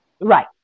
Right